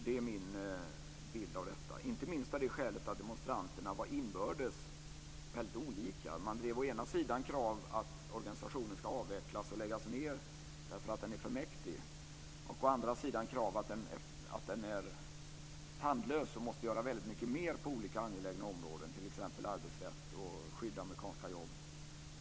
Det är min bild av detta, inte minst av det skälet att demonstranterna inbördes var väldigt olika. Å ena sidan drev man krav på att organisationen ska avvecklas och läggas ned därför att den är för mäktig, å andra sidan hävdades att organisationen är tandlös och att den måste göra väldigt mycket mer på olika angelägna områden, t.ex. när det gäller arbetsrätt och att skydda amerikanska jobb.